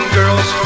girls